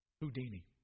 Houdini